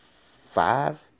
five